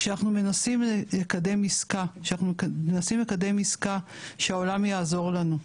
כשאנחנו מנסים לקדם עסקה שהעולם יעזור לנו.